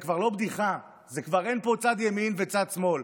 זה כבר לא בדיחה, ואין פה צד ימין או צד שמאל.